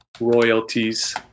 royalties